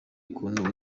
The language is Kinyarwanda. ukuntu